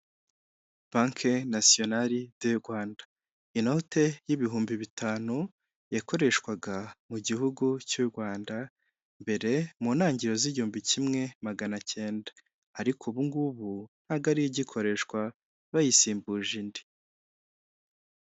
Banke Nasiyonari y'u Rwanda. Inote y'ibihumbi bitanu yakoreshwaga mu gihugu cy'u Rwanda, mbere mu ntangiriro z'igihumbi kimwe magana cyenda. Ariko ubu ngubu ntago ariyo igikoreshwa, bayisimbuje indi.